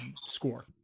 score